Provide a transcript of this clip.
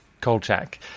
Kolchak